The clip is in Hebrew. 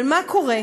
אבל מה קורה?